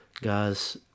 Guys